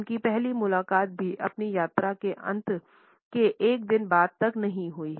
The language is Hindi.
उनकी पहली मुलाकात भी अपनी यात्रा के अंत के एक दिन बाद तक नहीं हुई